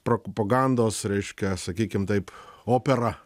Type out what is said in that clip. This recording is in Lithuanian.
propagandos reiškia sakykim taip opera